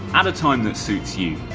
at a time that suits you.